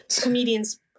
comedian's